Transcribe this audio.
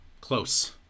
close